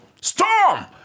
Storm